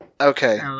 Okay